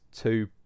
two